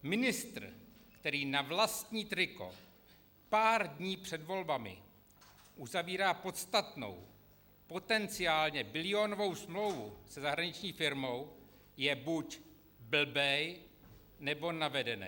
Ministr, který na vlastní triko pár dní před volbami uzavírá podstatnou, potenciálně bilionovou smlouvu se zahraniční firmou je buď blbej, nebo navedenej.